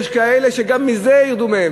יש כאלה שגם מזה יורידו להם.